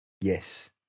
Yes